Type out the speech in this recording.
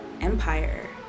empire